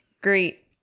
great